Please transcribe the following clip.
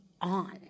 on